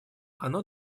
оно